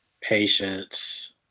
patience